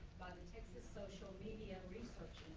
texas social media research